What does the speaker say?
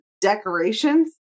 decorations